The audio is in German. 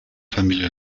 familie